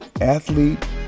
athlete